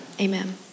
Amen